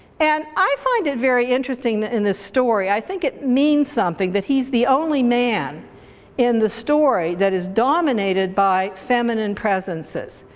and i find it very interesting that in this story, i think it means something that he's the only man in the story that is dominated by feminine presences.